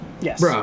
yes